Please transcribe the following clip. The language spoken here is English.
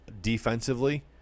defensively